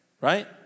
right